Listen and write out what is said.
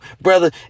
brother